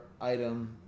item